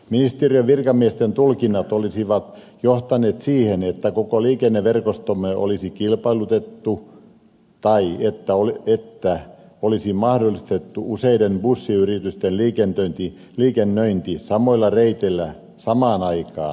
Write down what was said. ministeriön virkamiesten tulkinnat olisivat johtaneet siihen että koko liikenneverkostomme olisi kilpailutettu tai että olisi mahdollistettu useiden bussiyritysten liikennöinti samoilla reiteillä samaan aikaan